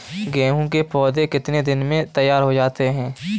गेहूँ के पौधे कितने दिन में तैयार हो जाते हैं?